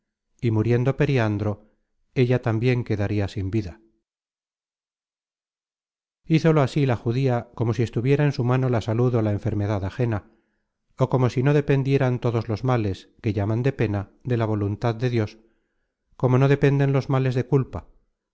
y muriendo periandro ella tambien quedaria sin vida hizolo así la judía como si estuviera en su mano la salud ó la enfermedad ajena ó como si no dependieran todos los males que llaman de pena de la voluntad de dios como no dependen los males de culpa